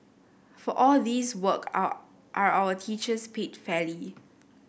for all this work are are our teachers paid fairly